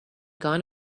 gone